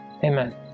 Amen